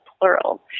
plural